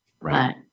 Right